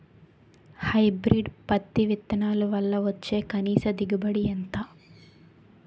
Hybrid పత్తి విత్తనాలు వల్ల వచ్చే కనీస దిగుబడి ఎంత?